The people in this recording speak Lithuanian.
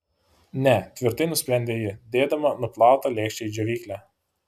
ne tvirtai nusprendė ji dėdama nuplautą lėkštę į džiovyklę